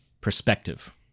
perspective